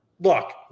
look